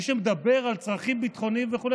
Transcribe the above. מי שמדבר על צרכים ביטחוניים וכו',